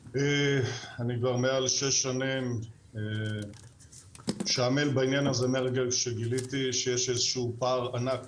אני כבר מעל שש שנים מהרגע שגיליתי שיש איזה שהוא פער ענק